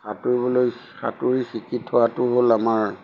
সাঁতুৰিবলৈ সাঁতুৰি শিকি থোৱাটো হ'ল আমাৰ